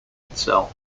itself